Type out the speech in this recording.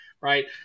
right